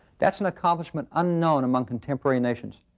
that's an accomplishment unknown among contemporary nations.